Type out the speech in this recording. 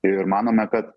ir manome kad